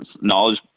knowledge